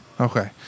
Okay